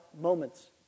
moments